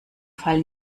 fall